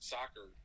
soccer